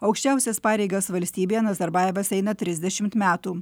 aukščiausias pareigas valstybėje nazarbajevas eina trisdešimt metų